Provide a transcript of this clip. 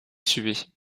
tués